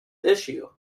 issue